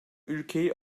ülkeyi